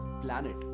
planet